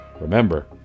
Remember